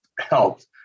helped